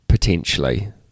Potentially